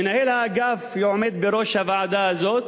מנהל האגף עומד בראש הוועדה הזאת